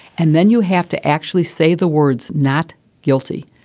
and then you have to actually say the words not guilty.